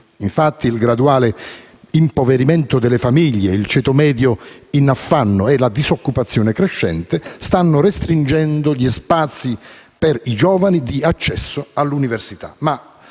Infatti, il graduale impoverimento delle famiglie, il ceto medio in affanno e la disoccupazione crescente stanno restringendo gli spazi di accesso all'università